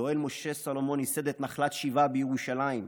יואל משה סלומון ייסד את נחלת שבעה בירושלים,